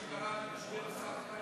זה מה שקרה במשבר הסאב-פריים.